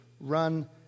run